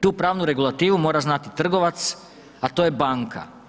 TU pravnu regulativu mora znati trgovac a to je banka.